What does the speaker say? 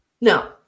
No